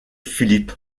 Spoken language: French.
philip